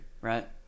right